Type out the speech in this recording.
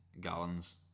gallons